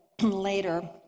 later